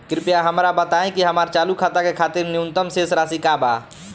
कृपया हमरा बताइ कि हमार चालू खाता के खातिर न्यूनतम शेष राशि का बा